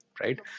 Right